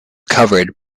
covered